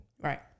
Right